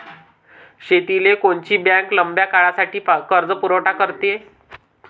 शेतीले कोनची बँक लंब्या काळासाठी कर्जपुरवठा करते?